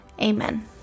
Amen